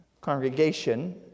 Congregation